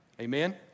Amen